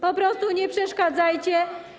Po prostu nie przeszkadzajcie.